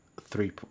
three